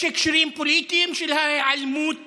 יש הקשרים פוליטיים של ההיעלמות